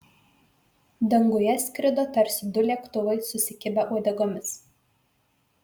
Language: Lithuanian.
danguje skrido tarsi du lėktuvai susikibę uodegomis